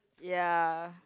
ya